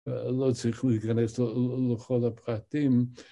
‫לא צריכים להיכנס ל... לכל הפרטים.